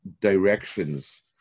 directions